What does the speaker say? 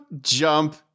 jump